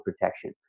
protection